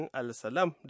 al-salam